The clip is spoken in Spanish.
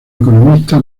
economista